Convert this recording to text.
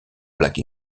black